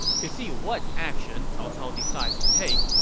to see what action cao cao decides to take,